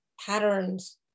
patterns